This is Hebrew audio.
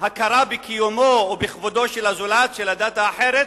הכרה בקיומו ובכבודו של הזולת, של הדת האחרת,